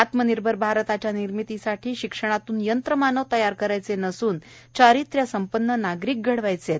आत्मनिर्भर भारताच्या निर्मितीसाठी शिक्षणातून यंत्रमानव तयार करायचे नसून चारित्र्य संपन्न नागरिक घडवायचे आहेत